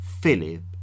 Philip